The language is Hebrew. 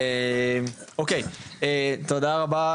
תודה רבה,